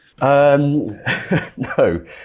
No